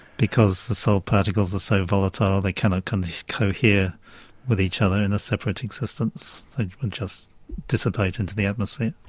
because the soul particles are so volatile they cannot kind of cohere with each other in a separate existence, they just dissipate into the atmosphere.